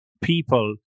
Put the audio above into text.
people